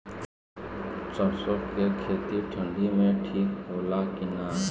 सरसो के खेती ठंडी में ठिक होला कि ना?